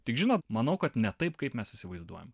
tik žinot manau kad ne taip kaip mes įsivaizduojam